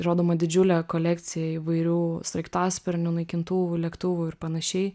rodoma didžiulė kolekcija įvairių sraigtasparnių naikintuvų lėktuvų ir panašiai